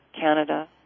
Canada